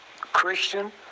Christian